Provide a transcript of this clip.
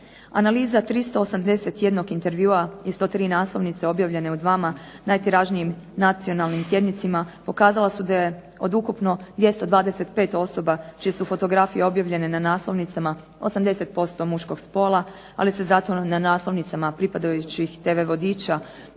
Analiza 381 intervjua, i 103 naslovnice objavljene u dvama najtiražnijim nacionalnim tjednicima pokazala su da je od ukupno 225 osoba čije su fotografije objavljene na naslovnicama, 80% muškog spola ali se zato na naslovnicama pripadajućih tv vodiča